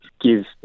give